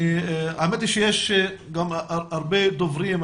האמת היא שיש הרבה דוברים,